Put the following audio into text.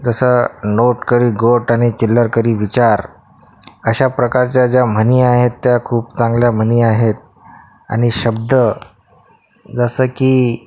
जसं नोट करी गोट आणि चिल्लर करी विचार अशा प्रकारचा ज्या म्हणी आहे त्या खुप चांगल्या म्हणी आहेत आणि शब्द जसं की